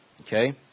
Okay